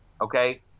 okay